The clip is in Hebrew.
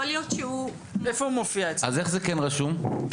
איך זה כן רשום?